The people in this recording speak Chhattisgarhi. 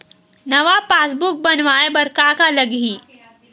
नवा पासबुक बनवाय बर का का लगही?